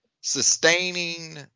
sustaining